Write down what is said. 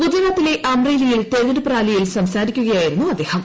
ഗുജറാത്തിലെ അംറേലിയിൽ തെരഞ്ഞെടുപ്പ് റാലിയിൽ സംസാരിക്കുകയായിരുന്നു അദ്ദേഹം